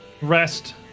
rest